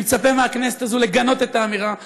אני מצפה מהכנסת הזאת לגנות את האמירה.